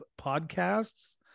podcasts